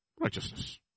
righteousness